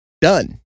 done